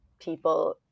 people